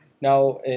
Now